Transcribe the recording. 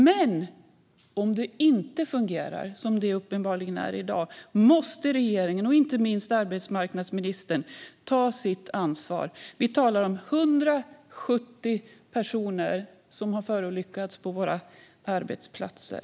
Men om det inte fungerar, som det uppenbarligen inte gör i dag, måste regeringen och inte minst arbetsmarknadsministern ta sitt ansvar. Vi talar om 170 personer som har förolyckats på våra arbetsplatser.